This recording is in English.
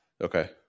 Okay